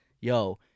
Yo